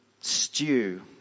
stew